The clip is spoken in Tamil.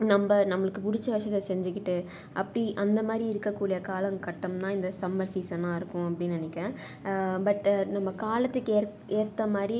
நம்ப நம்பளுக்கு பிடிச்ச விஷயத்த செஞ்சிக்கிட்டு அப்படி அந்த மாதிரி இருக்கக்கூடிய காலம் கட்டம் தான் இந்த சம்மர் சீசனாக இருக்கும் அப்படின் நினைக்கிறேன் பட்டு நம்ம காலத்துக்கேற் ஏற்ற மாதிரி